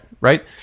Right